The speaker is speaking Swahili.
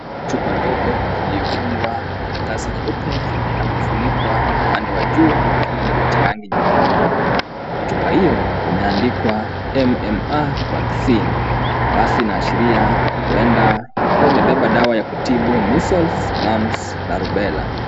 Chupa ndogo iliyofungwa na karatasi nyeupe na kufunikwa upande wa juu na kifuniko cha rangi nyekundu, chupa hiyo imeandikwa MMR VACCINE, basi inaashiria ilikua imebeba dawa ya kutibu missiles, mams na rubella.